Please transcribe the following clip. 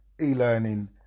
e-learning